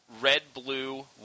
red-blue